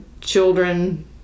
children